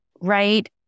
Right